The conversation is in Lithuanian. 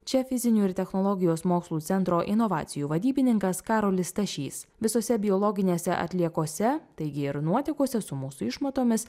čia fizinių ir technologijos mokslų centro inovacijų vadybininkas karolis stašys visose biologinėse atliekose taigi ir nuotekose su mūsų išmatomis